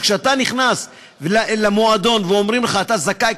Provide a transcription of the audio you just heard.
שכשאתה נכנס למועדון ואומרים לך: אתה זכאי,